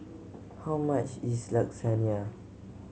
how much is Lasagne